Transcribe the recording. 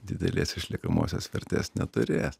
didelės išliekamosios vertės neturės